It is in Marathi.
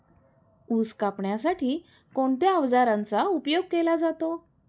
ऊस कापण्यासाठी कोणत्या अवजारांचा उपयोग केला जातो?